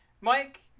Mike